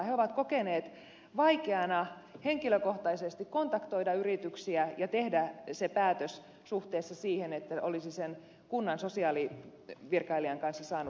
he ovat kokeneet vaikeana henkilökohtaisesti kontaktoida yrityksiä ja tehdä sitä päätöstä suhteessa siihen että olisi sen kunnan sosiaalivirkailijan kanssa saanut keskustella